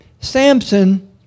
Samson